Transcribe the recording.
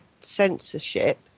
censorship